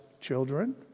children